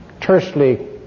tersely